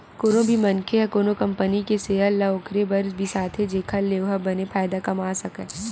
कोनो भी मनखे ह कोनो कंपनी के सेयर ल ओखरे बर बिसाथे जेखर ले ओहा बने फायदा कमा सकय